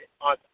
on